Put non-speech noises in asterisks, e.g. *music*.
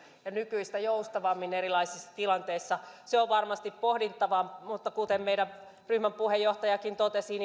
ja nykyistä joustavammin erilaisissa tilanteissa on varmasti pohdittava mutta kuten meidän ryhmäpuheenjohtajakin totesi *unintelligible*